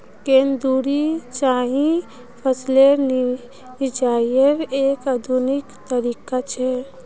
केंद्र धुरी सिंचाई फसलेर सिंचाईयेर एक आधुनिक तरीका छ